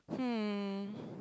hmm